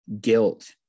guilt